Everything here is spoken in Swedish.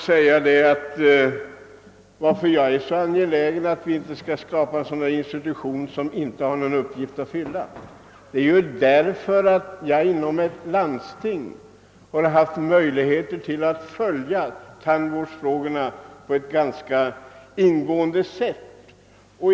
Anledningen till att jag är så angelägen om att vi inte skall tillskapa ett sådant här institut, som inte har någon uppgift att fylla, är att jag genom ett landsting haft möjligheter att ingående följa tandvårdsfrågorna.